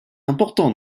important